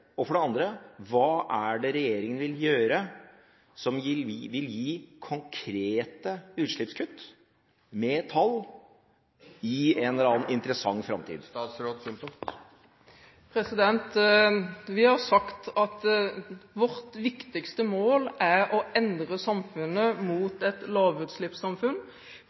og for det andre hva regjeringen vil gjøre som vil gi konkrete utslippskutt, med tall i en eller annen interessant framtid? Vi har sagt at vårt viktigste mål er å endre samfunnet i retning av et lavutslippssamfunn.